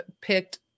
picked